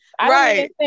Right